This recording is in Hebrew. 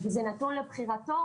וזה נתון לבחירתו,